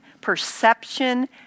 perception